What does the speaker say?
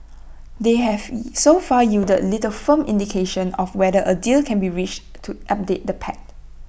they have so far yielded little firm indication of whether A deal can be reached to update the pact